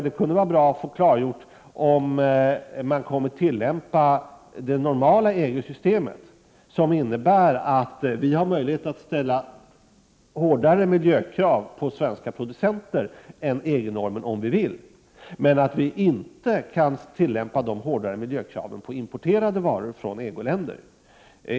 Det kunde vara bra att få klargjort om man kommer att tillämpa det normala EG-systemet, som innebär att vi har möjlighet att ställa krav på svenska producenter som är strängare än EG-normen, men att vi inte kan tillämpa dessa hårdare 39 miljökrav på varor importerade från EG-länder.